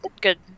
good